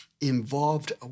involved